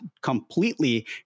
completely